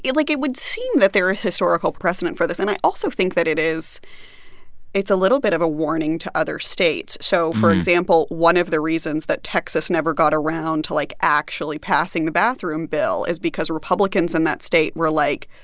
like, it would seem that there is historical precedent for this. and i also think that it is it's a little bit of a warning to other states. so for example, one of the reasons that texas never got around to, like, actually passing a bathroom bill is because republicans in that state were like,